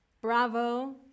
Bravo